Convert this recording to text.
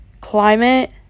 climate